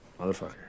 motherfucker